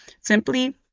Simply